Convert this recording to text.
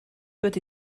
wedi